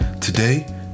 Today